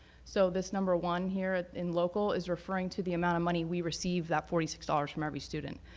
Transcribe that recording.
so this number one here in local is referring to the amount of money we received, that forty six dollars from every student,